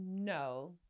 No